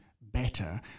better